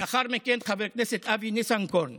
לאחר מכן חבר הכנסת אבי ניסנקורן